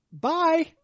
Bye